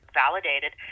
validated